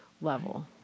level